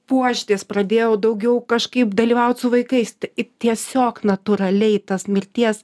puoštis pradėjau daugiau kažkaip dalyvaut su vaikais ir tiesiog natūraliai tas mirties